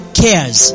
cares